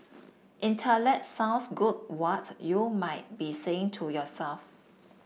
intellect sounds good what you might be saying to yourself